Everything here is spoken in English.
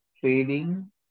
trading